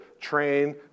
train